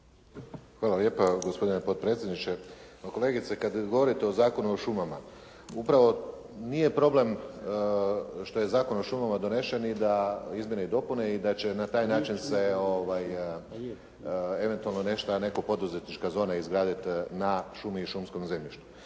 Hvala lijepa gospodine potpredsjedniče. Kolegica kad govorite o Zakonu o šumama upravo nije problem što je Zakon o šumama donesen i da, izmjene i dopune i da će na taj način se eventualno nešta, neka poduzetnička zona izgraditi na šumi i šumskom zemljištu.